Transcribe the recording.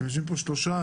יושבים פה שלושה.